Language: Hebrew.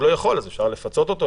אם הוא לא יכול אפשר לפצות אותו,